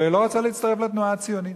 ולא רצה להצטרף לתנועה הציונית.